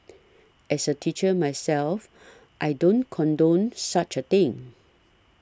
as a teacher myself I don't condone such a thing